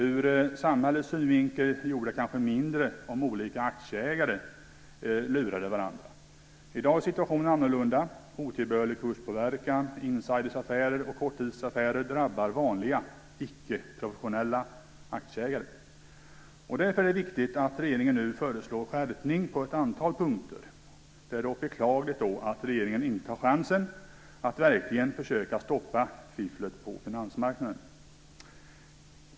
Ur samhällets synvinkel gjorde det kanske mindre om olika aktieägare lurade varandra. I dag är situationen annorlunda. Otillbörlig kurspåverkan, insideraffärer och korttidsaffärer drabbar vanliga, ickeprofessionella aktieägare. Därför är det viktigt att regeringen nu föreslår skärpning på ett antal punkter. Det är dock beklagligt att regeringen inte tar chansen att verkligen försöka stoppa fifflet på finansmarknaden.